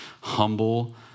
humble